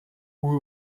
who